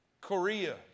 Korea